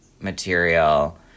material